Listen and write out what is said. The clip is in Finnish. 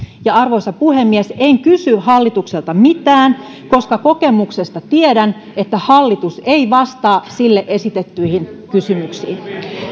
arvoisa puhemies en kysy hallitukselta mitään koska kokemuksesta tiedän että hallitus ei vastaa sille esitettyihin kysymyksiin